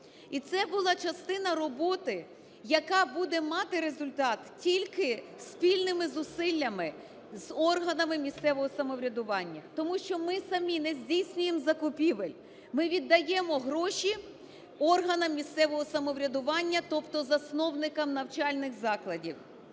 І це була частина роботи, яка буде мати результат тільки спільними зусиллями з органами місцевого самоврядування, тому що ми самі не здійснюємо закупівель, ми віддаємо гроші органам місцевого самоврядування, тобто засновникам навчальних закладів.